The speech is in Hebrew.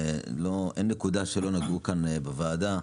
אין נקודה שלא נגעו כאן בוועדה.